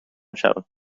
شوم